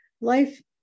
life